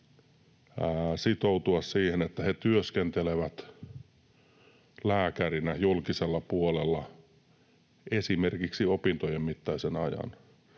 sitoutua siihen, että he työskentelevät lääkärinä julkisella puolella esimerkiksi opintojen mittaisen ajan.